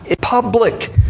public